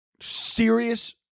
Serious